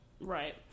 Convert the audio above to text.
right